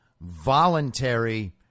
voluntary